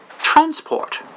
Transport